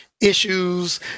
issues